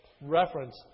reference